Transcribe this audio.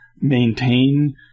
maintain